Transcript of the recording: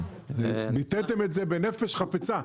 ביטאתם את זה בנפש חפצה.